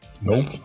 Nope